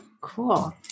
cool